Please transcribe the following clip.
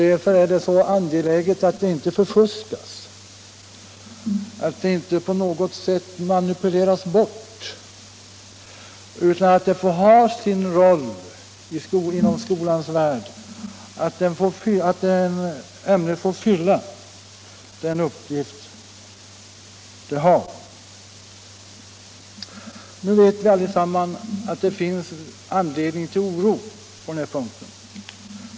Därför är det så angeläget att det inte förfuskas, att det inte på något sätt manipuleras bort, utan att ämnet får spela sin roll inom skolans värld och fylla den uppgift det har. Nu vet vi allesammans att det finns anledning till oro på den här punkten.